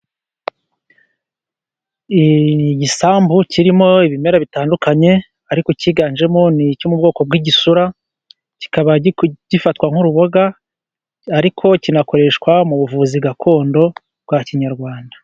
Igisambu kirimo ibimera bitandukanye, ariko ikiganjemo ni icyo mu bwoko bw'igisura, kikaba gifatwa nk'uruboga, ariko kinakoreshwa mu buvuzi gakondo bwa kinyarwanda.